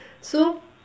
so